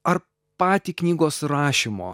ar patį knygos rašymo